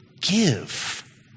give